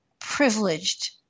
privileged